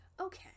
okay